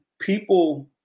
people